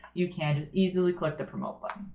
you can just easily click the promote button.